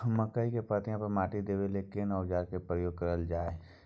मकई के पाँति पर माटी देबै के लिए केना औजार के प्रयोग कैल जाय?